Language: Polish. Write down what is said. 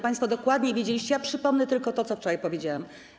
Państwo dokładnie wiedzieliście... przypomnę tylko to, co wczoraj powiedziałam.